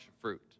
fruit